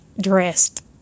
dressed